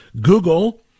Google